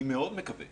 אני מקווה מאוד